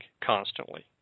constantly